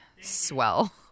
swell